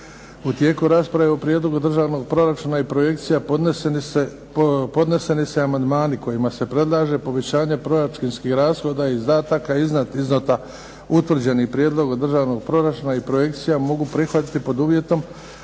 U tijeku rasprave o Prijedlogu državnog proračuna i projekcija podneseni se amandmani kojima se predlaže povećanje proračunskih rashoda, izdataka iznad iznosa utvrđeni prijedlogom državnog proračuna i projekcija mogu prihvatiti pod uvjetom